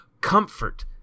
comfort